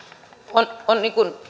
on on